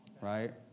Right